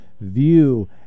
view